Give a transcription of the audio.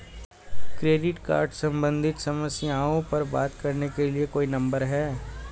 Credit card सम्बंधित समस्याओं पर बात करने के लिए कोई नंबर है?